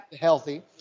healthy